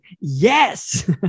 Yes